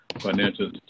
financial